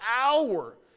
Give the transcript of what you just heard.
hour